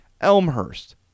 Elmhurst